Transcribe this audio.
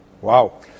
Wow